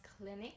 Clinic